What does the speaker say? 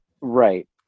Right